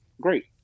great